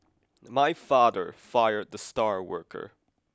my father fired the star worker